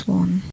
one